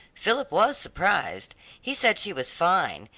philip was surprised he said she was fine,